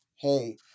Hey